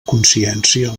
consciència